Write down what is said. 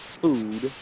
food